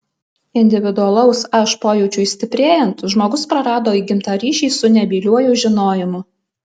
individualaus aš pojūčiui stiprėjant žmogus prarado įgimtą ryšį su nebyliuoju žinojimu